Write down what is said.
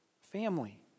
family